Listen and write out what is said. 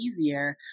easier